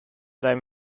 seinem